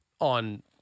on